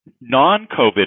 non-COVID